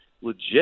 legit